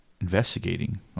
investigating